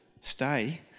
stay